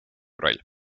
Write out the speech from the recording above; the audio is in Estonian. roll